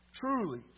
Truly